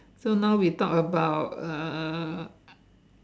so now we talk about uh